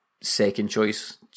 second-choice